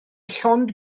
llond